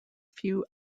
few